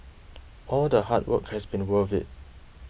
all the hard work has been worth it